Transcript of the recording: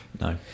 no